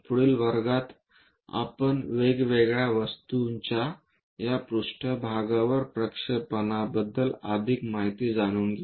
पुढील वर्गात आपण वेगवेगळ्या वस्तूंच्या या पृष्ठभागावर प्रक्षेपणा बद्दल अधिक माहिती जाणून घेऊ